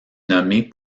nommé